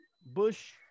Bush